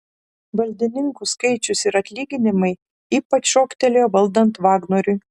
valdininkų skaičius ir atlyginimai ypač šoktelėjo valdant vagnoriui